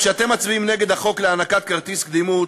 כשאתם מצביעים נגד החוק להענקת כרטיס קדימות,